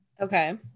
okay